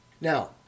Now